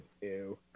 ew